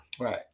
Right